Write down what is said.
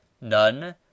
None